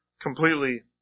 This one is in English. completely